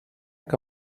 que